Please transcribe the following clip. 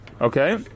Okay